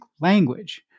language